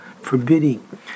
forbidding